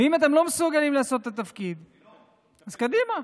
ואם אתם לא מסוגלים לעשות את התפקיד, אז קדימה,